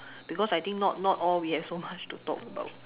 because I think not not all we have so much to talk about